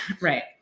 Right